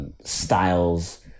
styles